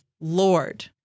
Lord